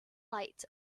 lights